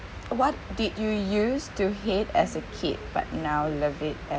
what did you used to hate as a kid but now love it